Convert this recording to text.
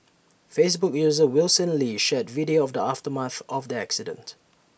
Facebook user Wilson lee shared video of the aftermath of the accident